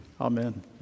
Amen